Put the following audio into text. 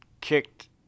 kicked